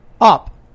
up